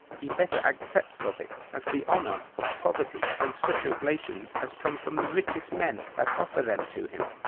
he better accepts of it as the honor of poverty, than such oblations as come from the richest men that offer them to him.